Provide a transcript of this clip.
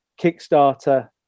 Kickstarter